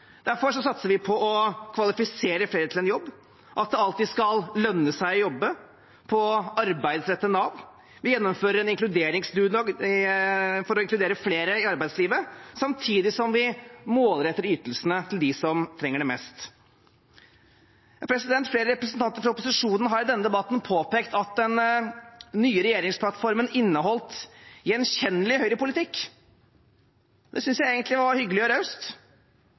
Derfor satser vi på å kvalifisere flere til en jobb, på at det alltid skal lønne seg å jobbe, og på å arbeidsrette Nav. Vi gjennomfører en inkluderingsdugnad for å inkludere flere i arbeidslivet, samtidig som vi målretter ytelsene til dem som trenger det mest. Flere representanter fra opposisjonen har i denne debatten påpekt at den nye regjeringsplattformen inneholdt gjenkjennelig Høyre-politikk. Det synes jeg egentlig var hyggelig og raust